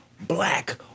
black